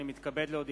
אני מתכבד להודיעכם,